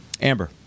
Amber